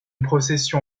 procession